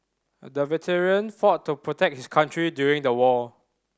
the veteran fought to protect his country during the war